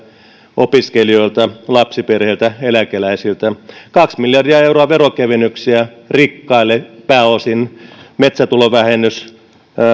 opiskelijoilta lapsiperheiltä eläkeläisiltä kaksi miljardia euroa veronkevennyksiä rikkaille pääosin metsätulovähennys